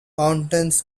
mountains